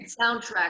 soundtrack